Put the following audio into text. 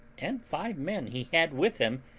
and five men he had with him,